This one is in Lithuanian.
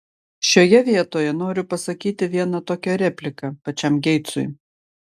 šioje vietoje noriu pasakyti vieną tokią repliką pačiam geitsui